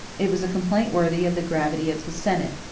it was a complaint worthy of the gravity of the senate,